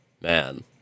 man